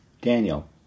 Daniel